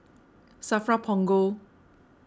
Safra Punggol